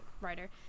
writer